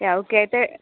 yeah okay అయితే